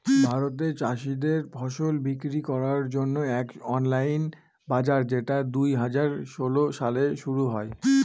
ভারতে চাষীদের ফসল বিক্রি করার জন্য এক অনলাইন বাজার যেটা দুই হাজার ষোলো সালে শুরু হয়